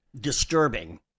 disturbing